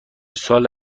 سال